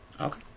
Okay